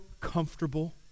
comfortable